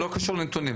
לא קשור לנתונים.